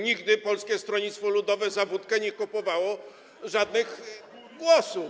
Nigdy Polskie Stronnictwo Ludowe za wódkę nie kupowało żadnych głosów.